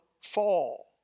fall